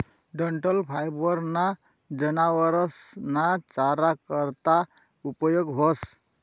डंठल फायबर ना जनावरस ना चारा करता उपयोग व्हस